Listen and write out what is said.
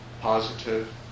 positive